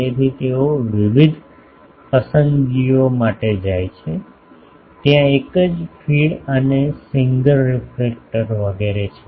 તેથી તેઓ વિવિધ પસંદગીઓ માટે જાય છે ત્યાં એક જ ફીડ અને સિંગલ રિફ્લેક્ટર વગેરે છે